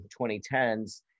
2010s